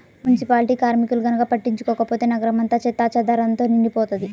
municipality కార్మికులు గనక పట్టించుకోకపోతే నగరం అంతా చెత్తాచెదారంతో నిండిపోతది